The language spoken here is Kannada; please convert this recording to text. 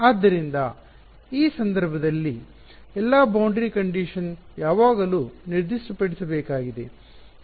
ಆದ್ದರಿಂದ ಈ ಸಂದರ್ಭದಲ್ಲಿ ಎಲ್ಲಾ ಗಡಿ ಪರಿಸ್ಥಿತಿಗಳನ್ನು ಬೌಂಡರಿ ಕಂಡೀಷನ್ ಯಾವಾಗಲೂ ನಿರ್ದಿಷ್ಟಪಡಿಸಬೇಕಾಗಿದೆ